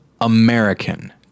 American